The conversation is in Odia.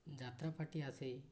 ଯାତ୍ରା ପାର୍ଟି ଆସେ